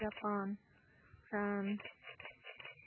Japan France